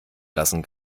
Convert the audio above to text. lassen